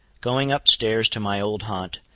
going up stairs to my old haunt,